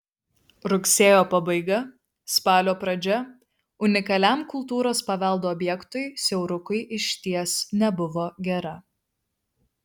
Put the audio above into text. rugsėjo pabaiga spalio pradžia unikaliam kultūros paveldo objektui siaurukui išties nebuvo gera